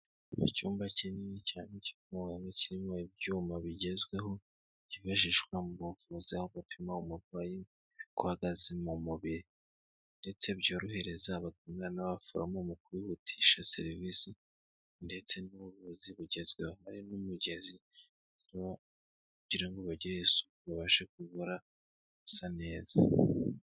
Icyumba kinini cyane cyumuganga kirimo ibyuma bigezweho byifashishwa mu buvuzi, aho bapima umurwayi uko ahagaze mu mubiri, ndetse byorohereza abaganga n'abaforomo mu kwihutisha serivisi ndetse n'ubuvuzi bugezweho, hari n'umugezi kugira bagire isuku babashe kuvura basa neza.